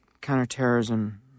counterterrorism